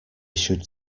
should